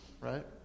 right